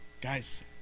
Guys